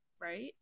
right